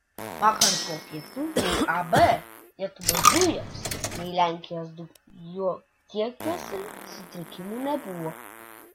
vakar po pietų nei ab lietuvos dujos nei lenkijos dujotiekiuose sutrikimų nebuvo